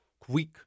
quick